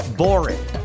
boring